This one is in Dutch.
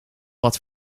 wat